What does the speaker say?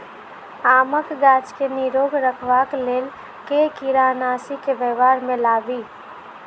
आमक गाछ केँ निरोग रखबाक लेल केँ कीड़ानासी केँ व्यवहार मे लाबी?